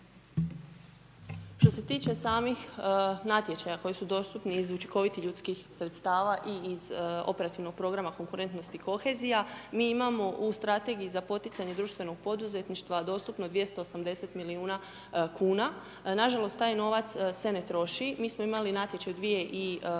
Što se tiče samih natječaja koji su dostupni iz učinkovitih ljudskih sredstava i iz operativnog programa konkurentnosti kohezija. Mi imamo u strategiji za poticanje društvenu poduzetništva dostupno 280 milijuna kuna. Nažalost, taj novac se ne troši. Mi smo imali natječaj 2016.-toj i